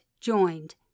joined